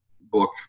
Book